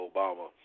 Obama